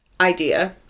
idea